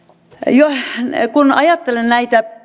kun ajattelen näitä